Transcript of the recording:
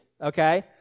okay